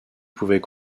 pouvaient